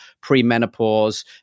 pre-menopause